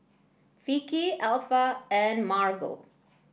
Vicky Alpha and Margo